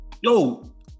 Yo